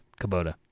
Kubota